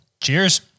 cheers